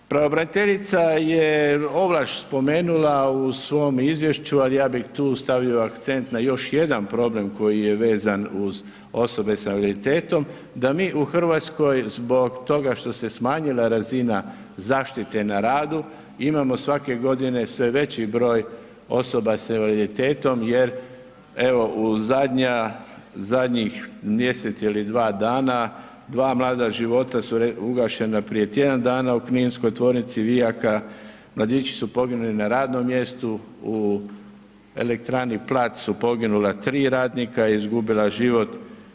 Pravobraniteljica je … spomenula u svom izvješću, ali ja bih tu stavio akcent na još jedan problem koji je vezan uz osobe s invaliditetom, da mi u Hrvatskoj, zbog toga što se smanjila razina zaštite na radu imamo svake godine, sve veći broj osoba s invaliditetom, jer evo, u zadnjih mjesec ili dva dana, dva mlada života su ugašena prije tjedan dana u Kninskoj tvornici vijaka, mladići su poginuli na radnom mjestu, u elektrani Plac su poginula 3 radnika, izgubila život.